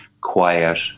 quiet